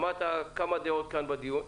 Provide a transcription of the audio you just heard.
שמעת כמה דעות כאן בדיון.